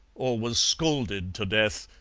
or was scalded to death,